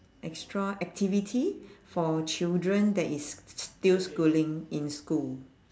extra activity for children that is still schooling in school